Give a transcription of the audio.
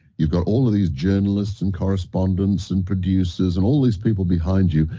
you've got all of these journalists and correspondents and producers, and all these people behind you,